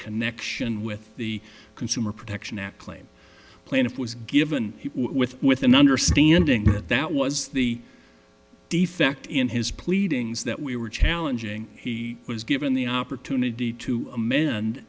connection with the consumer protection act claim plaintiff was given with with an understanding that that was the defect in his pleadings that we were challenging he was given the opportunity to amen